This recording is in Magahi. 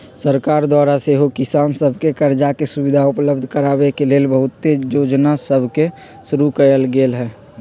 सरकार द्वारा सेहो किसान सभके करजा के सुभिधा उपलब्ध कराबे के लेल बहुते जोजना सभके शुरु कएल गेल हइ